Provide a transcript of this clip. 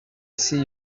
see